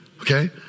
Okay